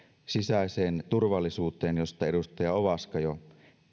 sisäiseen turvallisuuteen josta edustaja ovaska jo